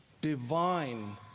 divine